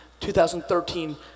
2013